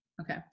Okay